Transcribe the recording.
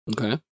Okay